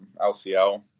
LCL